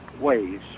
ways